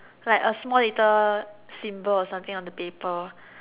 like a small little symbol or something on the paper